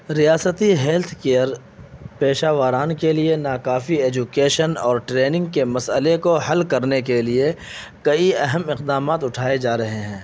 ریاستی health care پیشہ وران کے لیے ناکافی ایجوکیشن اور ٹریننگ کے مسئلے کو حل کرنے کے لیے کئی اہم اقدامات اٹھائے جا رہے ہیں